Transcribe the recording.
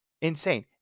Insane